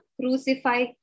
crucify